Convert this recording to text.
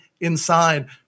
inside